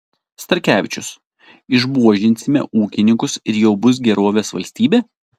starkevičius išbuožinsime ūkininkus ir jau bus gerovės valstybė